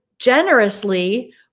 generously